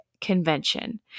convention